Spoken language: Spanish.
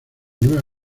nueva